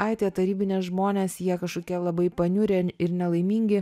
ai tie tarybiniai žmonės jie kažkokie labai paniurę ir nelaimingi